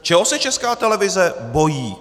Čeho se Česká televize bojí?